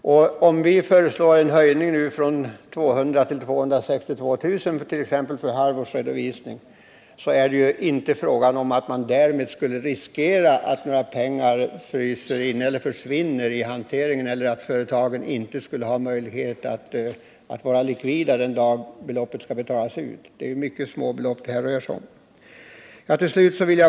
Om vi nu föreslår en höjning från 200 000 till 262 000 för halvårsredovisning, så är det ju inte fråga om att man därmed skulle riskera att några pengar försvinner i hanteringen eller att företagen inte skulle ha möjlighet att vara likvida den dag då beloppet skall betalas ut. Det är ju mycket små belopp det här rör sig om.